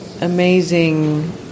amazing